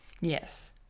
Yes